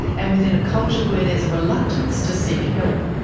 and within a culture where there is a reluctance to seek help.